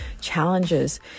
challenges